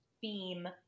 theme